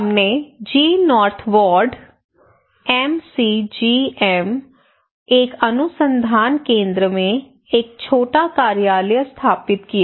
हमने जी north ward MCGM एक अनुसंधान केंद्र में एक छोटा कार्यालय स्थापित किया